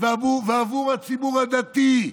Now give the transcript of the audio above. ועבור הציבור הדתי,